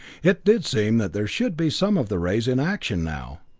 it did seem that there should be some of the rays in action now.